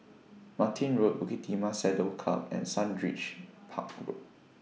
Martin Road Bukit Timah Saddle Club and Sundridge Park Road